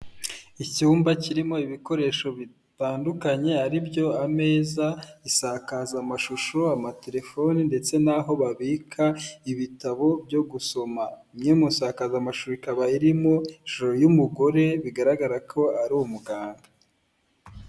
Icyumba kirimo ibikoresho bitandukanye ari byo ameza isakaza mashusho, ama telefoni ndetse n'aho babika ibitabo byo gusoma, imwe munsakazamashusho ikaba iri mu ishusho y'umugore bigaragara ko ari umuganga.